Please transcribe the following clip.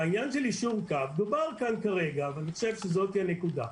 בעניין של יישור קו דובר כאן כרגע ואני חושב שזאת הנקודה.